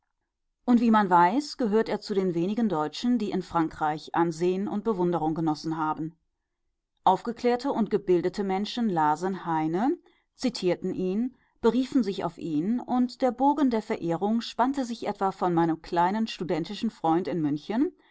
und wie man weiß gehört er zu den wenigen deutschen die in frankreich ansehen und bewunderung genossen haben aufgeklärte und gebildete menschen lasen heine zitierten ihn beriefen sich auf ihn und der bogen der verehrung spannte sich etwa von meinem kleinen studentischen freund in münchen